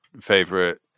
favorite